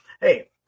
hey